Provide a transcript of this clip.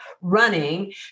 running